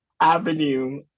avenue